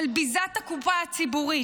של ביזת הקופה הציבורית,